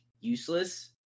useless